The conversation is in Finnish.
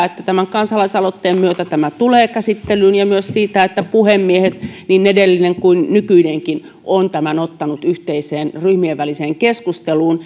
että tämän kansalaisaloitteen myötä tämä tulee käsittelyyn ja myös siitä että puhemiehet niin edellinen kuin nykyinenkin ovat tämän ottaneet yhteiseen ryhmien väliseen keskusteluun